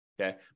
okay